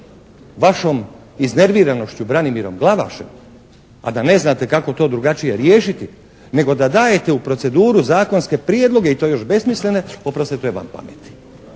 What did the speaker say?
vašom iznerviranošću Branimirom Glavašem a da ne znate kako to drugačije riješiti nego da dajete u proceduru zakonske prijedloge i to još besmislene, oprostite, to je van pameti.